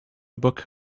book